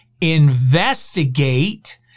investigate